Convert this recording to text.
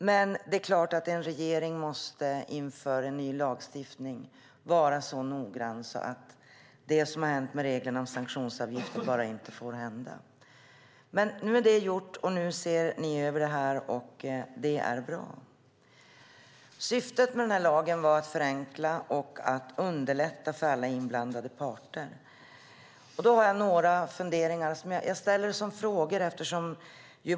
Men det är klart att en regering inför en ny lagstiftning måste vara noggrann - det som har hänt med reglerna om sanktionsavgifter får bara inte hända. Men nu är det gjort. Nu ser ni över det här, och det är bra. Syftet med den här lagen var att förenkla och att underlätta för alla inblandade parter. Då har jag några funderingar.